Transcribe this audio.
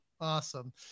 Awesome